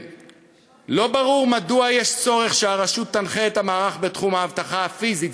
לא ברור מדוע יש צורך שהרשות תנחה את המערך בתחום האבטחה הפיזית,